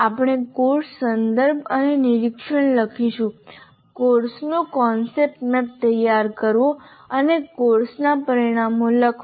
હવે આપણે કોર્સ સંદર્ભ અને નિરીક્ષણ લખીશું કોર્સનો કોન્સેપ્ટ મેપ તૈયાર કરવો અને કોર્સના પરિણામો લખવા